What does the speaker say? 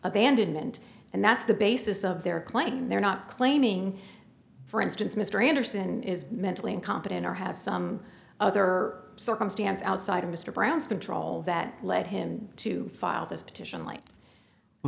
abandonment and that's the basis of their claim they're not claiming for instance mr anderson is mentally incompetent or has some other circumstance outside of mr brown's control that led him to file this petition like